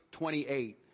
28